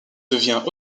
devient